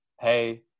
hey